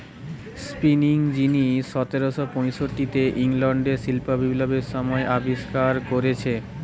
spinning যিনি সতেরশ পয়ষট্টিতে ইংল্যান্ডে শিল্প বিপ্লবের সময় আবিষ্কার কোরেছে